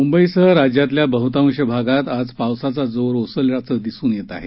मुंबईसह राज्यातल्या बहतांश भागात आज पावसाचा जोर ओसरल्याचं दिसून येत आहे